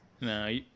No